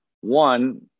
One